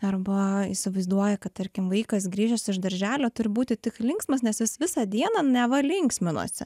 arba įsivaizduoja kad tarkim vaikas grįžęs iš darželio turi būti tik linksmas nes jis visą dieną neva linksminosi